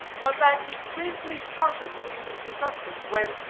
but that it strangely sharpens human perceptions, when,